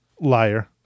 Liar